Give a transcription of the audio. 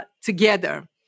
together